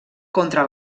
contra